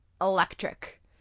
electric